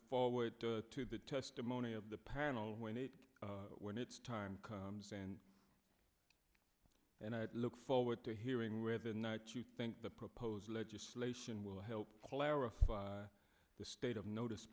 forward to the testimony of the panel when it when it's time comes and and i look forward to hearing where the night you think the proposed legislation will help clarify the state of notice